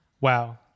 wow